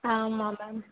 ஆமாம் மேம்